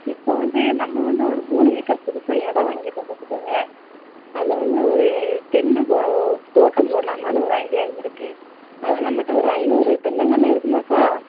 இப்போ வந்து நம்ம வந்து ஒரு மூணு ஏக்கர் புதுசாக இடம் வாங்கிருக்கோம் பார்த்துக்கோங்க அதில் வந்து ஒரு தென்னை தோ தோட்டம் போட்லாமான்னு ஒரு ஐடியா இருக்கு அதான் நம்மகிட்ட ஒரு ஐந்நூறு தென்னக்கண்ணு இருக்குமாக்கா